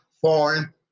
foreign